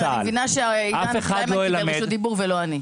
אני מבינה שעידן קלימן קיבל רשות דיבור ולא אני.